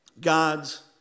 God's